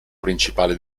principale